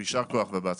יישר כוח ובהצלחה.